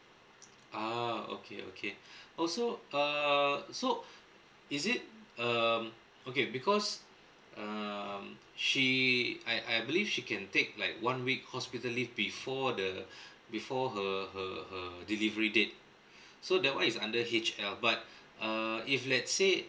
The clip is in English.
ah okay okay also err so is it um okay because um she I I believe she can take like one week hospital leave before the before her her her delivery date so that one is under H_L but err if let's say